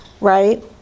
right